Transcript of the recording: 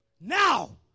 Now